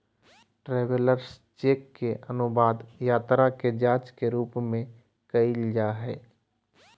travellers cheque के अनुवाद यात्रा के जांच के रूप में कइल जा हइ